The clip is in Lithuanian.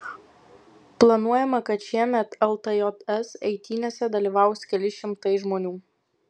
planuojama kad šiemet ltjs eitynėse dalyvaus keli šimtai žmonių